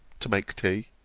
to make tea.